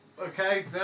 Okay